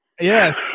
yes